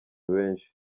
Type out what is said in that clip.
benshi